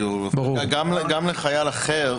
גם לחייל אחר,